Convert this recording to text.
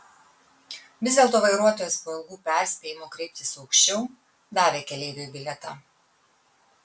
vis dėlto vairuotojas po ilgų perspėjimų kreiptis aukščiau davė keleiviui bilietą